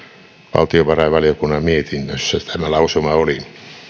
valtiovarainvaliokunnan mietinnössä tämä lausuma oli